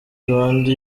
rwanda